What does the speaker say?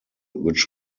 which